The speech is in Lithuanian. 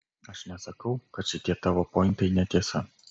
aš nesakau kad šitie tavo pointai netiesa